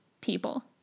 people